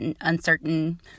uncertain